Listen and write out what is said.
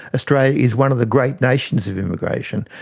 australia is one of the great nations of immigration.